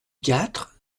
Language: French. quatre